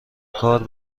کار